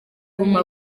guma